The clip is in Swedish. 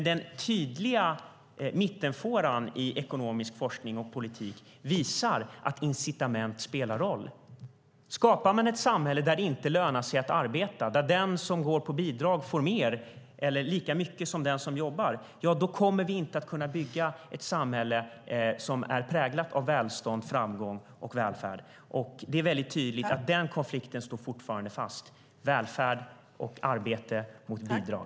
Den tydliga mittfåran i ekonomisk forskning och politik visar dock att incitament spelar roll. Skapar man ett samhälle där det inte lönar sig att arbeta, där den som går på bidrag får mer eller lika mycket som den som jobbar, kommer vi inte att kunna bygga ett samhälle som är präglat av välstånd, framgång och välfärd. Det är väldigt tydligt att denna konflikt fortfarande står fast - välfärd och arbete mot bidrag.